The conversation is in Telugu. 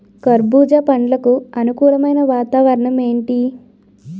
కర్బుజ పండ్లకు అనుకూలమైన వాతావరణం ఏంటి?